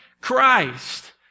Christ